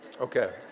Okay